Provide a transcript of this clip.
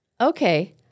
Okay